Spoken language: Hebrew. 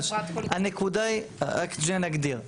הנקודה היא, רק שנגדיר.